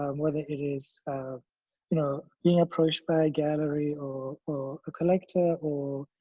um whether it is um you know being approached by a gallery or or a collector or